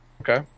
Okay